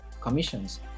commissions